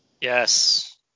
Yes